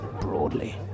Broadly